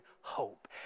hope